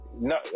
No